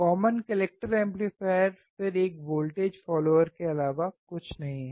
common collector amplifier फिर एक voltage follower के अलावा कुछ नहीं है